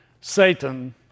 Satan